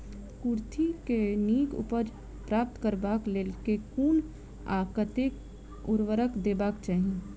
कुर्थी केँ नीक उपज प्राप्त करबाक लेल केँ कुन आ कतेक उर्वरक देबाक चाहि?